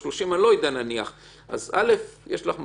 אז יש לך מחשב,